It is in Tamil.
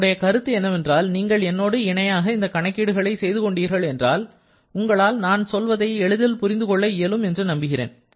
என்னுடைய கருத்து என்னவென்றால் நீங்கள் என்னோடு இணையாக இந்த கணக்கீடுகளை செய்து கொண்டீர்கள் என்றால் உங்களால் நான் சொல்வதை எளிதில் புரிந்துகொள்ள இயலும் என்று நம்புகிறேன்